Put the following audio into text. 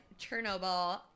Chernobyl